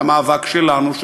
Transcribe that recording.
על המאבק שלנו,